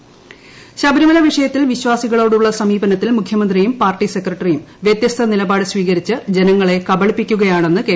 മുല്ലപ്പള്ളി ശബരിമല വിഷയത്തിൽ വിശ്വാസികളോടുള്ള സമീപനത്തിൽ മുഖ്യമന്ത്രിയും പാർട്ടി സെക്രട്ടറിയും വൃതൃസ്ത നിലപാട് സ്വീകരിച്ച് ജനങ്ങളെ കബളിപ്പിക്കുകയാണെന്ന് കെ